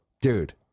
Dude